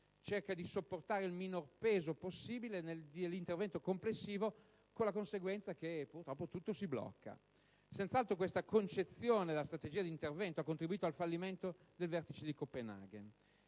cerca di sopportare il minor peso possibile dell'intervento complessivo, con la conseguenza che, purtroppo, tutto si blocca. Senz'altro questa concezione della strategia di intervento ha contribuito al fallimento del Vertice di Copenaghen.